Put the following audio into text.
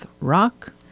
Rock